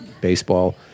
baseball